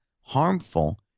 harmful